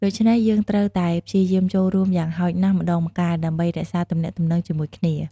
ដូច្នេះ យើងត្រូវតែព្យាយាមចូលរួមយ៉ាងហោចណាស់ម្តងម្កាលដើម្បីរក្សាទំនាក់ទំនងជាមួយគ្នា។